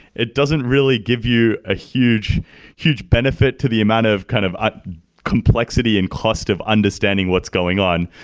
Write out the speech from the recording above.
it doesn't really give you a huge huge benefit to the amount of kind of ah complexity and cost of understanding what's going on.